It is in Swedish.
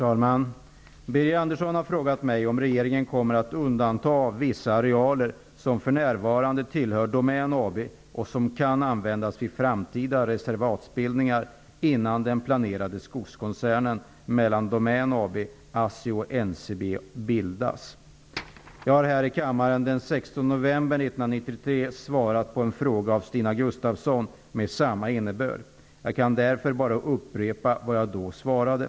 Herr talman! Birger Andersson har frågat mig om regeringen kommer att undanta vissa arealer som för närvarande tillhör Domän AB, och som kan användas vid framtida reservatsbildningar, innan den planerade skogskoncernen mellan Domän AB, Jag har här i kammaren den 16 november 1993 svarat på en fråga från Stina Gustavsson med samma innebörd. Jag kan därför bara upprepa vad jag då svarade.